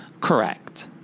Correct